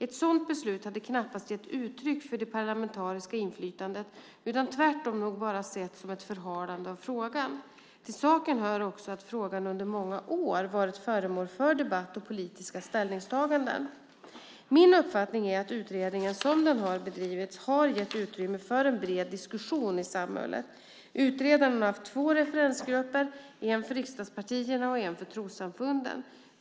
Ett sådant beslut hade knappast gett uttryck för det parlamentariska inflytandet, utan tvärtom nog setts enbart som ett förhalande av frågan. Till saken hör också att frågan under många år varit föremål för debatt och politiska ställningstaganden. Min uppfattning är att utredningen, som den har bedrivits, har gett utrymme för en bred diskussion i samhället. Utredaren har haft två referensgrupper, en för riksdagspartierna och en för trossamfunden.